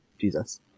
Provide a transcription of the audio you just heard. Jesus